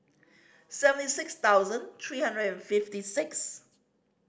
seventy six thousand three hundred and fifty six